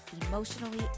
emotionally